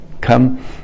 come